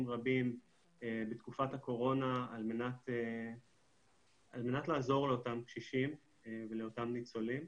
רבים בתקופת הקורונה על מנת לעזור לאותם קשישים ולאותם ניצולים.